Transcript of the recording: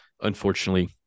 unfortunately